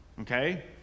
Okay